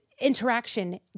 interaction